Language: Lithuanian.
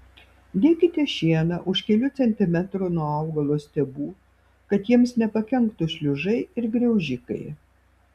dėkite šieną už kelių centimetrų nuo augalų stiebų kad jiems nepakenktų šliužai ir graužikai